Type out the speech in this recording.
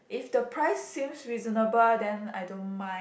if the price seems reasonable then I don't mind